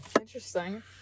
Interesting